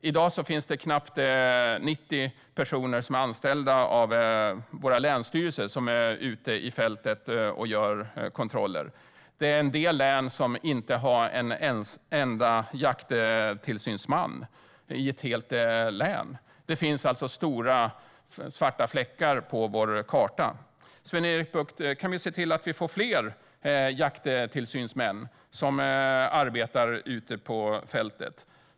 I dag är det knappt 90 personer, som är anställda av våra länsstyrelser och som är ute i fält och gör kontroller. En del län har inte ens en enda jakttillsynsman - i ett helt län. Det finns alltså stora svarta fläckar på vår karta. Kan vi se till att få fler jakttillsynsmän som arbetar ute på fältet, SvenErik Bucht?